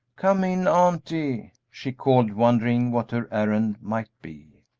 come in, auntie, she called, wondering what her errand might be.